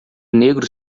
negro